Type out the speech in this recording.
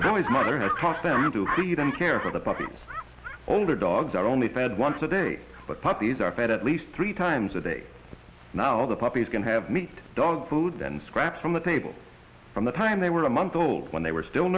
boy's mother has cost them to feed and care for the puppies older dogs are only fed once a day but puppies are fed at least three times a day now the puppies can have meat dog food and scraps from the table from the time they were a month old when they were still